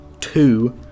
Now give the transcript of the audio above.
two